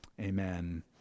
Amen